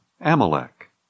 Amalek